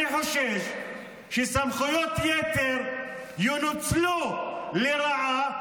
אני חושש שסמכויות יתר ינוצלו לרעה,